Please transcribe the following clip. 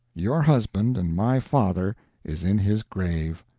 your husband and my father is in his grave.